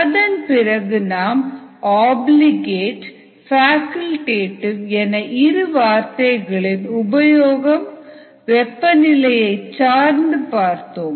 அதன் பிறகு நாம் ஆப்லிகேட் ஃபேக்கல்டேடிவு என இரு வார்த்தைகளின் உபயோகம் வெப்பநிலையை சார்ந்து பார்த்தோம்